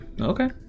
Okay